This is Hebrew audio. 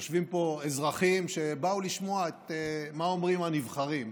יושבים פה אזרחים שבאו לשמוע את מה שאומרים הנבחרים.